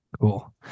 Cool